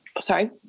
Sorry